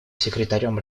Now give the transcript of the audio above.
секретарем